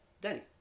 Danny